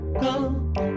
go